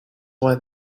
why